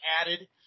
added